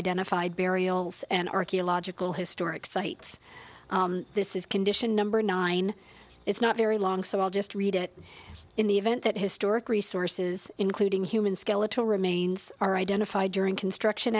identified burials and archaeological historic sites this is condition number nine is not very long so i'll just read it in the event that historic resources including human skeletal remains are identified during construction